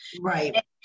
Right